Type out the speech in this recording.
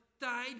died